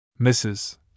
Mrs